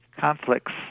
conflicts